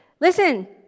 Listen